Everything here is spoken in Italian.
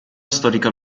storica